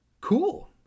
Cool